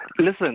Listen